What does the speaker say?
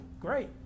great